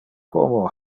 como